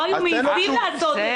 לא היו מעיזים לעשות את זה.